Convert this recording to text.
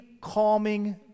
calming